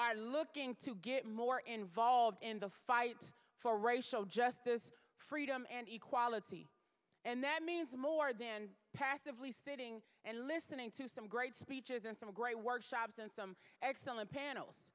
are looking to get more involved in the fight for racial justice freedom and equality and that means more than passively sitting and listening to some great speeches and some great workshops and some excellent panels